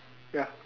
ya